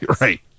right